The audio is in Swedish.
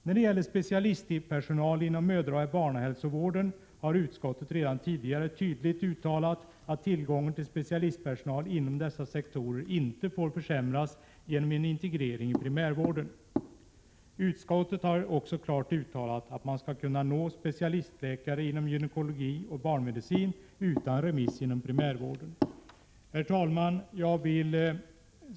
När det gäller specialistpersonal inom mödraoch barnhälsovården har utskottet redan tidigare tydligt uttalat att tillgången till specialistpersonal inom dessa sektorer inte får försämras genom en integrering i primärvården. Utskottet har också klart uttalat att man skall kunna nå specialistläkare inom gynekologi och barnmedicin utan remiss från primärvården.